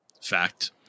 fact